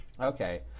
Okay